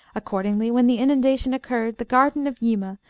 accordingly, when the inundation occurred, the garden of yima,